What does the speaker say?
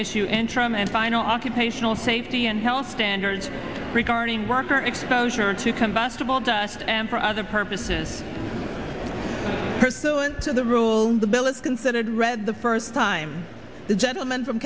issue interim and final occupational safety and health standards regarding worker exposure to contest of all dust and for other purposes pursuant to the rule and the bill is considered read the first time the gentleman from